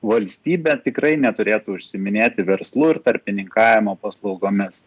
valstybė tikrai neturėtų užsiiminėti verslu ir tarpininkavimo paslaugomis